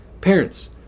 Parents